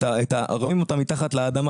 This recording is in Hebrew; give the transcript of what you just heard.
אנחנו רואים אותם מתחת לאדמה,